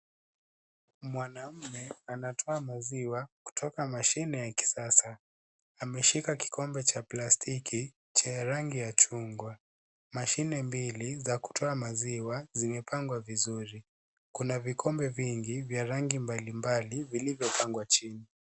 Mwanamume anatoa maziwa kutoka mashine ya kisasa. Ameshika kikombe cha plastiki cha rangi ya chungwa. Mashine mbili za kutoa maziwa zimepangwa vizuri. Kuna vikombe vingi vya rangi mbalimbali vilivyopangwa chini.